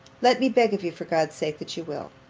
let me beg of you, for god's sake, that you will.